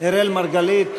אראל מרגלית.